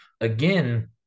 again